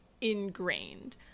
ingrained